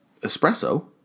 espresso